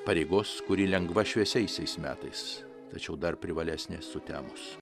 pareigos kuri lengva šviesiaisiais metais tačiau dar privalėsnė sutemus